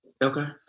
Okay